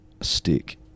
stick